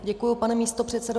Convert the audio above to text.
Děkuji, pane místopředsedo.